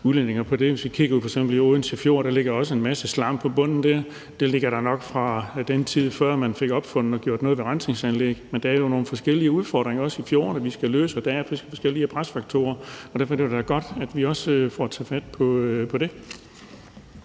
udledninger for det. Hvis vi f.eks. kigger ude i Odense Fjord, ligger der også en masse slam på bunden. Det ligger der nok fra den tid, før man fik opfundet rensningsanlæg og gjort noget ved det. Men der er jo nogle forskellige udfordringer, også i fjordene, som vi skal løse, og der er forskellige presfaktorer. Derfor ville det da være godt, at vi også får taget fat på det.